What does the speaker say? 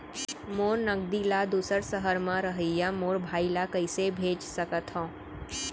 मोर नगदी ला दूसर सहर म रहइया मोर भाई ला कइसे भेज सकत हव?